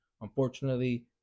unfortunately